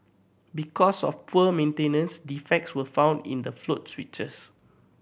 because of poor maintenance defects were found in the float switches